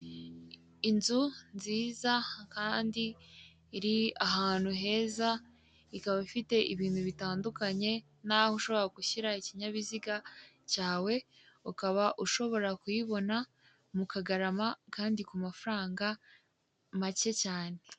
Inzu nziza kandi iri ahantu heza, ikaba ifite ibintu bitandukanye n'aho ushobora gushyira ikinyabiziga cyawe, ukaba ushobora kuyibona mu Kagarama kandi ku mafaranga make cyane.